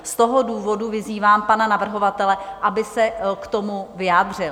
Z toho důvodu vyzývám pana navrhovatele, aby se k tomu vyjádřil.